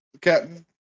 Captain